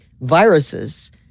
viruses